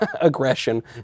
aggression